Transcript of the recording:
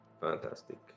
Fantastic